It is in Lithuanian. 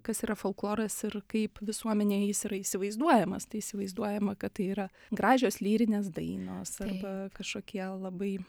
kas yra folkloras ir kaip visuomenėj jis yra įsivaizduojamas tai įsivaizduojama kad tai yra gražios lyrinės dainos arba kažkokie labai